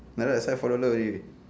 like that a set four dollar already